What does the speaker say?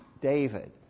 David